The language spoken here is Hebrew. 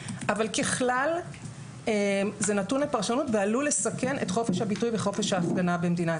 ככלל זה נתון לפרשנות ועלול לסכן את חופש הביטוי וחופש ההפגנה במדינת